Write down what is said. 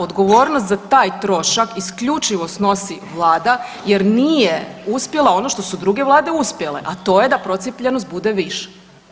Odgovornost za taj trošak isključivo snosi vlada jer nije uspjela ono što su druge vlade uspjele, a to je da procijepljenost bude viša.